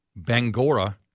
Bangora